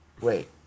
Wait